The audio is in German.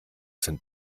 sind